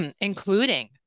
including